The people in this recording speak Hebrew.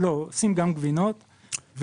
צריך להתמקד בגבינות.